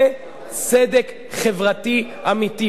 זה צדק חברתי אמיתי.